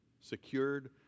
Secured